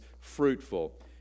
fruitful